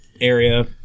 area